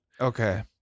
Okay